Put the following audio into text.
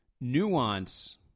Nuance